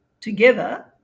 together